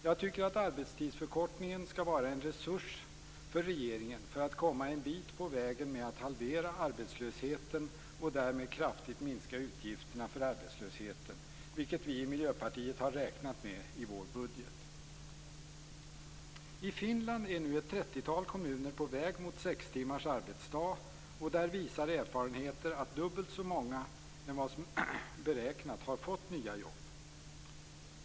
Jag tycker att arbetstidsförkortningen skall vara en resurs för regeringen för att komma en bit på vägen med att halvera arbetslösheten och därmed kraftigt minska utgifterna för arbetslösheten, vilket vi i Miljöpartiet har räknat med i vår budget. I Finland är nu ett trettiotal kommuner på väg mot sex timmars arbetsdag. Där visar erfarenheter att dubbelt så många som beräknat har fått nya jobb.